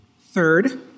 Third